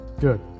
Good